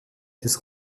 des